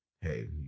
hey